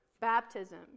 Baptism